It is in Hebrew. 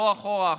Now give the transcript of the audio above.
לא אחורה,